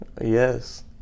Yes